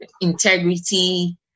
integrity